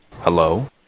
Hello